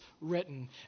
written